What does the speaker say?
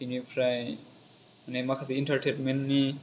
बेनिफ्राय मे माखासे इन्टारटेनमेन्ट नि